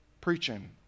Preaching